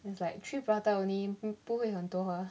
it's like three prata only 不会很多啊